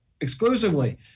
exclusively